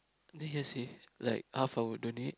then hear say like half I will donate